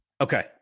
Okay